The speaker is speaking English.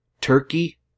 turkey